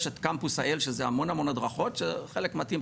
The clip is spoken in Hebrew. יש את קמפוס האם שזה המון המון הדרכות שחלק מתאים,